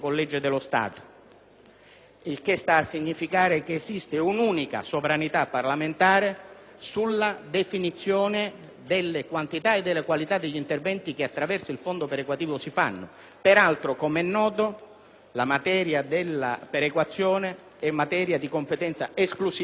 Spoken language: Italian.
il che sta a significare che esiste un'unica sovranità parlamentare per la definizione delle quantità e della qualità degli interventi che si attuano attraverso il fondo perequativo. Peraltro, com'è noto, la materia della perequazione è di competenza esclusiva dello Stato;